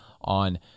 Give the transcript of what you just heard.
on